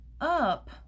up